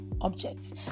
objects